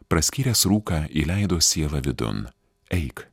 praskyręs rūką įleido sielą vidun eik